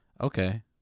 Okay